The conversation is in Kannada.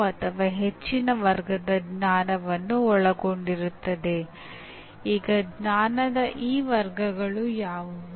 ಜನರಿಗೆ ಕೆಲವು ಪ್ರಚೋದನೆಗಳನ್ನು ನೀಡಲಾಗುತ್ತದೆ ಮತ್ತು ಅವರು ಕೆಲವು ರೀತಿಯಲ್ಲಿ ಪ್ರತಿಕ್ರಿಯಿಸುತ್ತಾರೆ